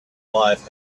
life